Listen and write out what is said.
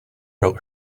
wrote